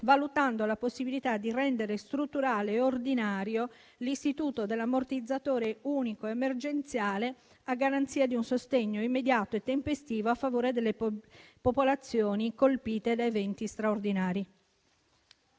valutando la possibilità di rendere strutturale e ordinario l'istituto dell'ammortizzatore unico emergenziale a garanzia di un sostegno immediato e tempestivo a favore delle popolazioni colpite da eventi straordinari.